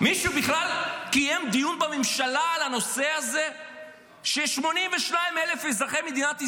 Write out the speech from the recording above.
מישהו בכלל קיים דיון בממשלה על הנושא הזה ש-82,000 אזרחי מדינת ישראל,